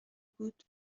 بود